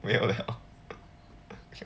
没有 liao